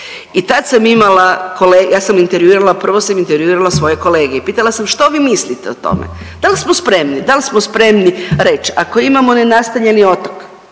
I tad sam imala kole…, ja sam intervjuirala, prvo sam intervjuirala svoje kolege i pitala sam što vi mislite o tome, dal smo spremni, dal smo spremni reć ako imamo nenastanjeni otok